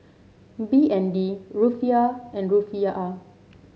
B N D Rufiyaa and Rufiyaa